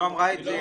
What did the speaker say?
היא לא אמרה את זה,